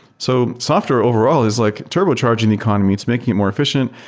so software overall is like turbocharging the economy. it's making it more efficient.